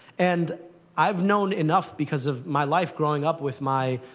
and i've known enough, because of my life growing up with my,